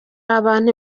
abantu